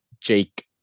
Jake